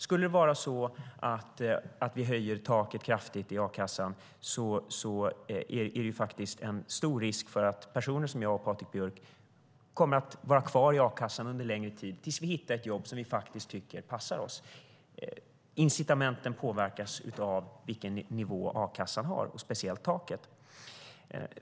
Skulle det vara så att vi höjer taket kraftigt i a-kassan är det faktiskt stor risk att personer som jag och Patrik Björck kommer att vara kvar i a-kassan under en längre tid, tills vi hittar ett jobb vi faktiskt tycker passar oss. Incitamenten påverkas av vilken nivå a-kassan har, och speciellt taket.